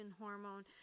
hormone